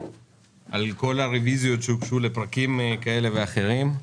על כל הרביזיות שהוגשו לפרקים כאלה ואחרים.